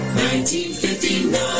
1959